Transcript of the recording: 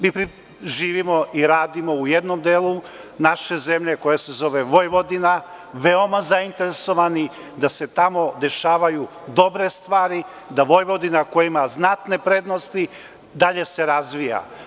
Mi živimo i radimo u jednom delu naše zemlje koja se zove Vojvodina, veoma zainteresovani da se tamo dešavaju dobre stvari, da Vojvodina koja ima znatne prednosti i dalje se razvija.